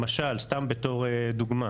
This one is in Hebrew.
למשל, סתם בתור דוגמה,